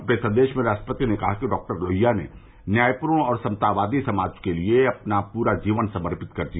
अपने संदेश में राष्ट्रपति ने कहा कि डॉक्टर लोहिया ने न्यायपूर्ण और समतावादी समाज के लिए अपना पूरा जीवन समर्पित कर दिया